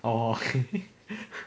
orh